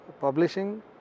publishing